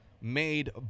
made